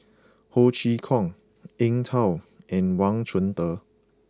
Ho Chee Kong Eng Tow and Wang Chunde